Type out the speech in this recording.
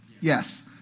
Yes